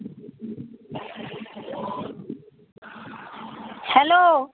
hello